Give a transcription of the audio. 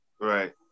right